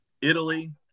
Italy